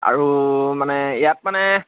আৰু মানে ইয়াত মানে